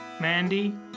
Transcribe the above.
Mandy